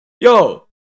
Yo